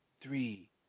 three